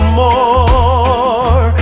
more